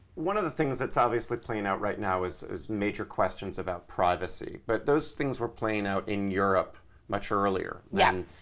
one of the things that's obviously playing out right now is major questions about privacy. but those things were playing out in europe much earlier. yes.